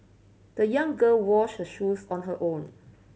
the young girl washed her shoes on her own